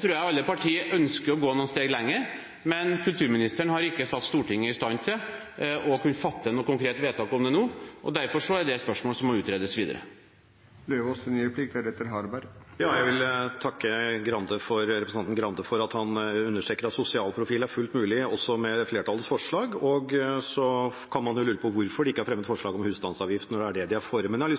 tror jeg alle parti ønsker å gå noen steg lenger, men kulturministeren har ikke satt Stortinget i stand til å kunne fatte noe konkret vedtak om det nå, og derfor er det spørsmål som må utredes videre. Jeg vil takke representanten Grande for at han understreker at sosial profil er fullt mulig også med flertallets forslag, og så kan man jo lure på hvorfor det ikke er fremmet forslag om husstandsavgift, når det er det de er for. Men jeg har